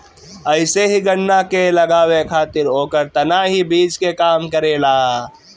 अइसे ही गन्ना के लगावे खातिर ओकर तना ही बीज के काम करेला